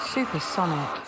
Supersonic